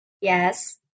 yes